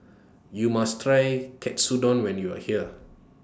YOU must Try Katsudon when YOU Are here